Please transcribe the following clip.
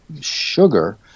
sugar